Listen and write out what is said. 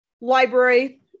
library